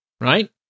Right